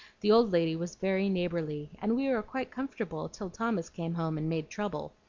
the old lady was very neighborly, and we were quite comfortable till thomas came home and made trouble.